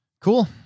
Cool